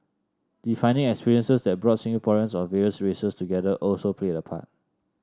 defining experiences that brought Singaporeans of various races together also played a part